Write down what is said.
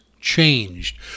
changed